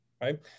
right